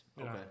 Okay